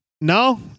No